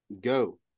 go